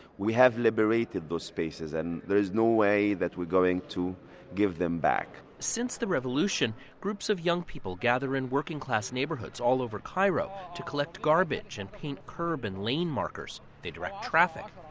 we have liberated those spaces, and there's no way that we're going to give them back since the revolution, groups of young people gather in working-class neighborhoods all over cairo to collect garbage and paint curb and lane-markers. they direct traffic.